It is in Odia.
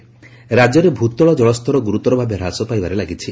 ଭ୍ରତଳ ଜଳ ରାକ୍ୟରେ ଭୂତଳ ଜଳସ୍ତର ଗୁରୁତର ଭାବେ ହ୍ରାସ ପାଇବାରେ ଲାଗିଛି